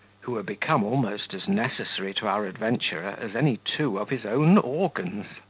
who were become almost as necessary to our adventurer as any two of his own organs.